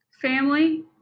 Family